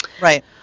Right